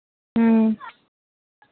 ᱦᱮᱸ